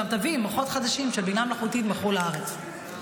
אלא גם תביא מוחות חדשים של בינה מלאכותית מחו"ל לארץ.